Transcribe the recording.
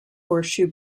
horseshoe